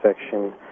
section